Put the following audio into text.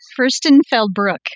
Furstenfeldbruck